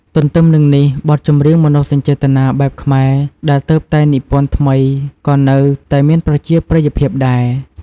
ទន្ទឹមនឹងនេះ បទចម្រៀងមនោសញ្ចេតនាបែបខ្មែរដែលទើបតែនិពន្ធថ្មីក៏នៅតែមានប្រជាប្រិយភាពដែរ។